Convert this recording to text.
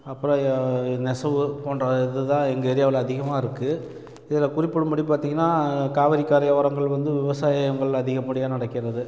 அப்புறம் நெசவு போன்ற இது தான் எங்கள் ஏரியாவில் அதிகமாக இருக்குது இதில் குறிப்பிடும் படி பார்த்திங்கன்னா காவேரி கரையோரங்கள் வந்து விவசாயங்கள் அதிகப்படியாக நடக்கிறது